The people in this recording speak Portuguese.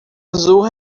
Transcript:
azul